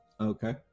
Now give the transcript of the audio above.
Okay